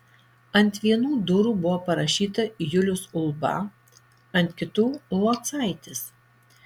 ant vienų durų buvo parašyta julius ulba ant kitų locaitis